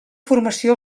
formació